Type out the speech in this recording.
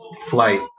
flight